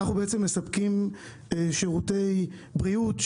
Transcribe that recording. אנחנו מספקים שירותי בריאות,